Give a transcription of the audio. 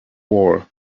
war